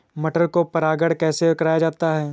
मटर को परागण कैसे कराया जाता है?